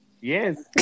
Yes